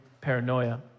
paranoia